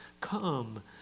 Come